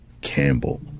Campbell